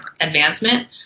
advancement